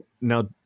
now